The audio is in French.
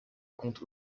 compte